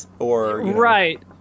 Right